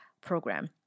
program